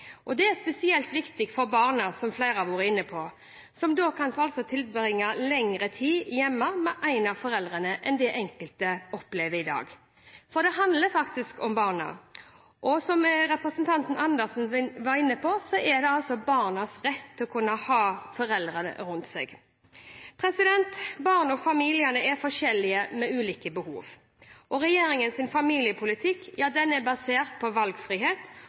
er, som flere har vært inne på, spesielt viktig for barna, som da kan tilbringe lengre tid hjemme med en av foreldrene enn det enkelte opplever i dag. Det handler faktisk om barna og, som representanten Andersen var inne på, om barnas rett til å kunne ha foreldre rundt seg. Barn og familier er forskjellige, med ulike behov. Regjeringens familiepolitikk er basert på valgfrihet, og vi har respekt for ulike valg og tillit til at foreldrene selv kan ta valg som er